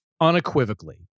unequivocally